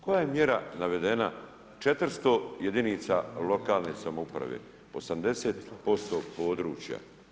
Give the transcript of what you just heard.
Koja je mjera navedena, 400 jedinica lokalne samouprave, 80% područja?